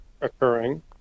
occurring